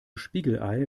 spiegelei